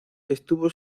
estuvo